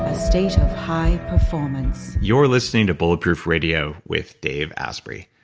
ah station of high-performance you're listening to bulletproof radio with dave asprey.